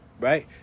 right